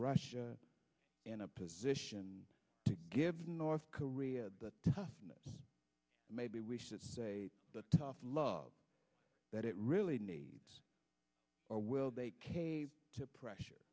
russia in a position to give north korea the toughness maybe we should say the tough love that it really needs or will they cave to pressure